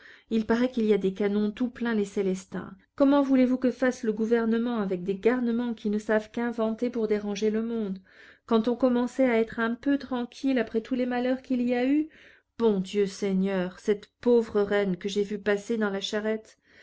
il paraît qu'il y a des canons tout plein les célestins comment voulez-vous que fasse le gouvernement avec des garnements qui ne savent qu'inventer pour déranger le monde quand on commençait à être un peu tranquille après tous les malheurs qu'il y a eu bon dieu seigneur cette pauvre reine que j'ai vue passer dans la charrette